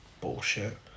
bullshit